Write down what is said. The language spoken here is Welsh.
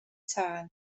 tân